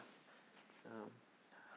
um